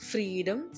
Freedom